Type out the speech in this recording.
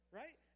right